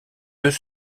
deux